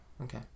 okay